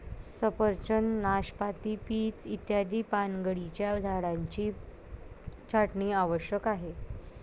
सफरचंद, नाशपाती, पीच इत्यादी पानगळीच्या झाडांची छाटणी आवश्यक आहे